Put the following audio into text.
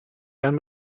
man